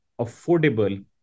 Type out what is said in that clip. affordable